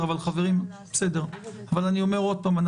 אני אומר שוב,